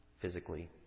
physically